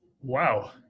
Wow